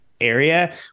area